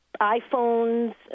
iPhones